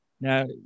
Now